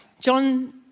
John